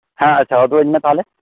ᱦᱮᱸ ᱟᱪᱪᱷᱟ ᱩᱫᱩᱜ ᱟᱹᱧ ᱢᱮ ᱛᱟᱦᱚᱞᱮ